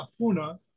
Afuna